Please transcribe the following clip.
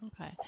Okay